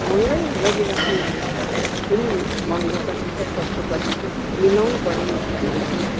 महँगै गरिराखौँ अहिले सुनौँ न महँगो कति छ सस्तो कति छ मिलाउनु पऱ्यो नि त्यो पनि